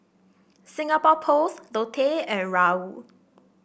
Singapore Post Lotte and Raoul